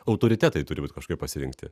autoritetai turi būti kažkaip pasirinkti